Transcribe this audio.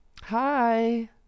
hi